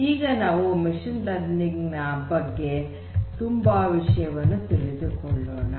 ಈಗ ನಾವು machine learning ಬಗ್ಗೆ ತುಂಬ ವಿಷಯವನ್ನು ತಿಳಿಯೋಣ